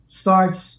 starts